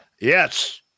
Yes